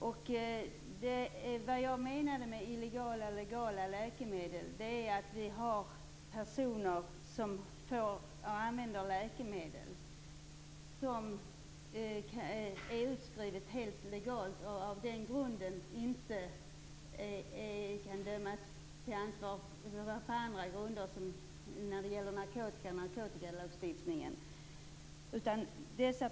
När jag talade om legala och illegala läkemedel menade jag att det finns personer som använder läkemedel som är helt legalt utskrivna. Dessa personer kan därför inte dömas till ansvar på samma grunder som när det gäller narkotika och narkotikalagstiftningen.